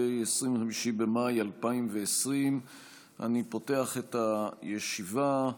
25 במאי 2020. אני פותח את הישיבה.